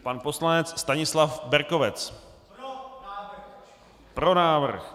Pan poslanec Stanislav Berkovec: Pro návrh.